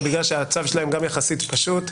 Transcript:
אבל בגלל שהצו שלהם גם יחסית פשוט,